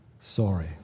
sorry